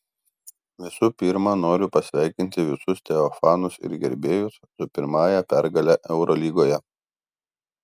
visų pirma noriu pasveikinti visus teo fanus ir gerbėjus su pirmąja pergale eurolygoje